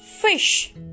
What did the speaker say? fish